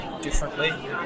differently